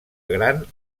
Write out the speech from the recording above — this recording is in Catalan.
gran